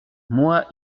moi